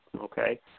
okay